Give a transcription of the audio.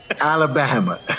Alabama